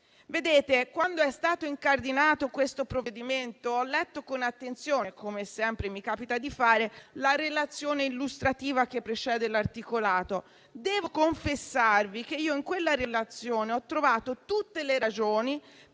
colleghi, quando è stato incardinato il provvedimento in esame, ho letto con attenzione, come sempre mi capita di fare, la relazione illustrativa che precede l'articolato. Devo confessarvi che in quella relazione ho trovato tutte le ragioni